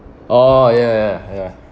oh ya ya ya ya